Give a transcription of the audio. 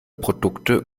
produkte